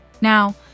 Now